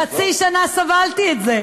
חצי שנה סבלתי את זה,